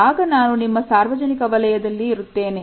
ಆಗ ನಾನು ನಿಮ್ಮ ಸಾಮಾಜಿಕ ವಲಯದಲ್ಲಿ ಇರುತ್ತೇನೆ